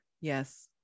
yes